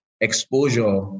exposure